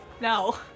No